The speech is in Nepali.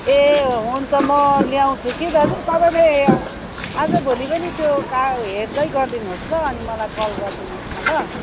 ए हुन्छ म ल्याउँछु कि दाजु तपाईँले आजभोलि पनि त्यो कार्य हेर्दै गरिदिनु होस् ल अनि मलाई कल गरिदिनु होस् न ल